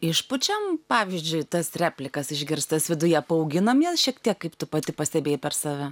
išpučiam pavyzdžiui tas replikas išgirstas viduje paauginam jas šiek tiek kaip tu pati pastebėjai per save